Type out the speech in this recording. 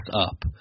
up